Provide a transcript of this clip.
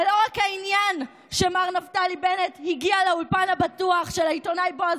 זה לא רק העניין שמר נפתלי בנט הגיע לאולפן הפתוח של העיתונאי בועז